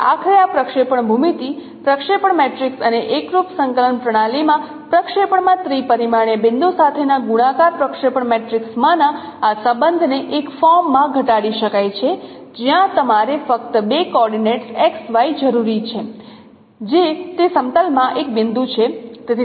તેથી આખરે આ પ્રક્ષેપણ ભૂમિતિ પ્રક્ષેપણ મેટ્રિક્સ અને એકરૂપ સંકલન પ્રણાલીમાં પ્રક્ષેપણમાં ત્રિ પરિમાણીય બિંદુ સાથેના ગુણાકાર પ્રક્ષેપણ મેટ્રિક્સમાંના આ સંબંધને એક ફોર્મમાં ઘટાડી શકાય છે જ્યાં તમારે ફક્ત બે કોઓર્ડિનેટ્સ XY જરૂરી છે જે તે સમતલમાં એક બિંદુ છે